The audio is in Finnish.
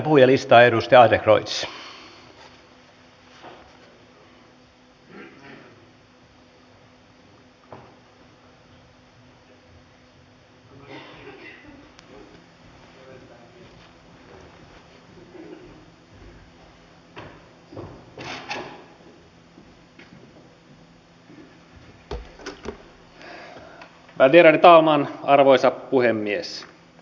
nythän teollisuussijoituksen osalta näitä määrärahoja vähennetään